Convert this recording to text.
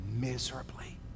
miserably